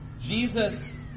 Jesus